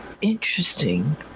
interesting